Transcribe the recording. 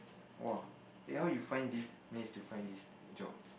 !woah! eh how you find this manage to find this job